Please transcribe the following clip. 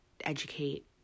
educate